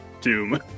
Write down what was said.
doom